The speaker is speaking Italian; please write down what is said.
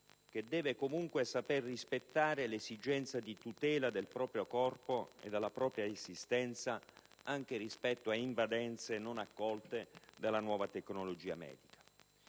che deve saper rispettare l'esigenza di tutela del proprio corpo e della propria esistenza anche rispetto a invadenze non accolte dalla nuova tecnologia medica.